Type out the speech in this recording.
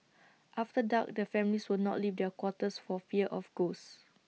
after dark the families would not leave their quarters for fear of ghosts